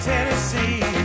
Tennessee